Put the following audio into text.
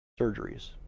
surgeries